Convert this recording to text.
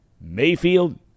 Mayfield